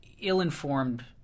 ill-informed